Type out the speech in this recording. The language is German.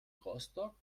rostock